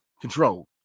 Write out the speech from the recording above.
control